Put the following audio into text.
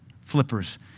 flippers